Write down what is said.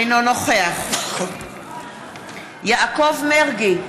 אינו נוכח יעקב מרגי,